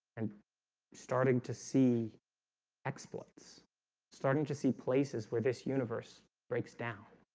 and starting to see exploits starting to see places where this universe breaks down